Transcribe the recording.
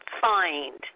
find